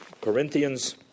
Corinthians